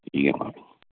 ठीक ऐ